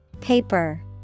Paper